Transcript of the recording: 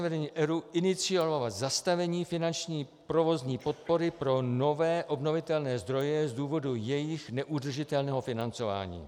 Současné vedení ERÚ iniciovalo zastavení finanční provozní podpory pro nové obnovitelné zdroje z důvodu jejich neudržitelného financování.